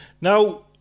Now